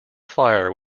fire